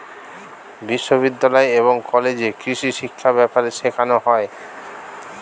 বিশ্ববিদ্যালয় এবং কলেজে কৃষিশিক্ষা ব্যাপারে শেখানো হয়